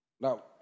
Now